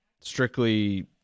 strictly